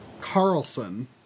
Carlson